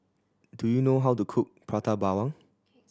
do you know how to cook Prata Bawang